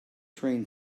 train